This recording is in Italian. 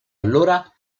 allora